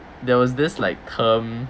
there was this like term